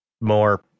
more